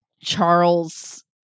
charles